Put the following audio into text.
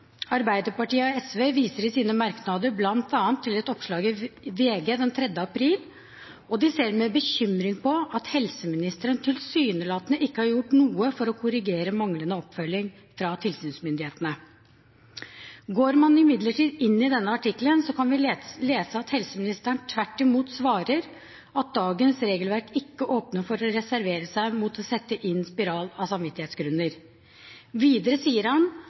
Arbeiderpartiet og SV viser i sine merknader bl.a. til et oppslag i VG den 3. april, og de ser med bekymring på at helseministeren tilsynelatende ikke har gjort noe for å korrigere manglende oppfølging fra tilsynsmyndighetene. Går man imidlertid inn i denne artikkelen, kan vi lese at helseministeren tvert imot svarer at dagens regelverk ikke åpner for å reservere seg mot å sette inn spiral av samvittighetsgrunner. Videre sier han